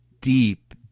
deep